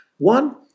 One